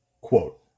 Quote